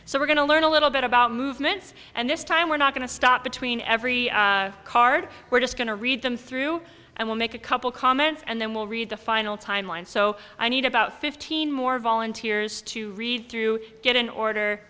so we're going to learn a little bit about movements and this time we're not going to stop between every card we're just going to read them through and we'll make a couple comments and then we'll read the final timeline so i need about fifteen more volunteers to read through get an order